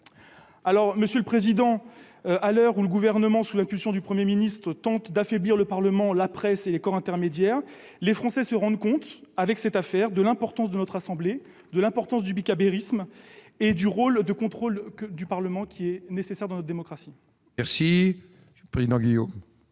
Monsieur le président, à l'heure où le Gouvernement, sous l'impulsion du Premier ministre, tente d'affaiblir le Parlement, la presse et les corps intermédiaires, les Français se rendent compte, avec cette affaire, de l'importance de notre assemblée, de l'importance du bicamérisme et du pouvoir de contrôle du Parlement, qui est nécessaire dans notre démocratie. La parole est à M. Didier Guillaume,